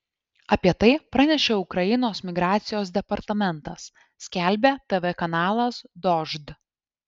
apie tai pranešė ukrainos migracijos departamentas skelbia tv kanalas dožd